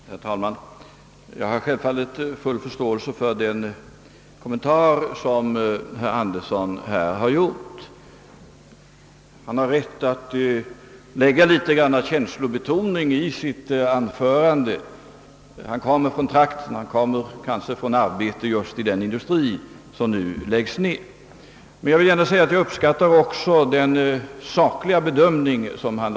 Herr talman! Jag har självfallet full förståelse för de synpunkter herr Andersson i Essvik framförde i sin kommentar. Herr Andersson lade in en viss känslobetoning i sitt anförande — han kommer från trakten, han har kanske just arbetat i den industri som nu läggs ned. Men jag uppskattar också den sakliga bedömning han gjorde.